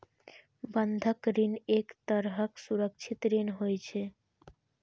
बंधक ऋण एक तरहक सुरक्षित ऋण होइ छै